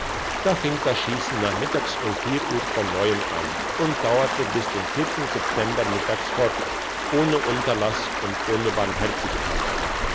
da fing das schiessen nachmittags um vier uhr von neuem an und dauerte bis den september mittags fort ohne unterlass und ohne barmherzigkeit